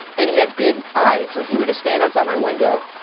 and he had big eyes. so he would just stand outside my window.